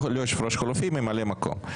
לא יושב ראש חלופי, ממלא מקום.